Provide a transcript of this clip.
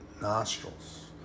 nostrils